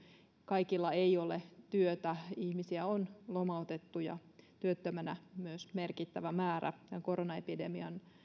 kaikilla ei ole työtä ihmisiä on lomautettu ja myös työttömänä merkittävä määrä tämän koronaepidemian